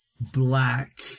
black